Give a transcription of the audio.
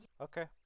Okay